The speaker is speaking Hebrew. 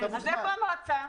איפה המועצה?